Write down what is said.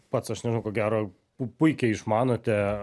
pats aš nežinau ko gero puikiai išmanote